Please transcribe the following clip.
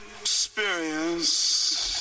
experience